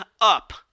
up